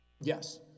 Yes